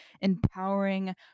empowering